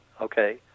okay